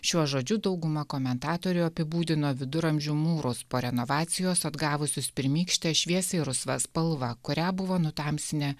šiuo žodžiu dauguma komentatorių apibūdino viduramžių mūrus po renovacijos atgavusius pirmykštės šviesiai rusva spalva kurią buvo nutamsinę